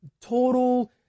total